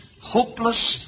hopeless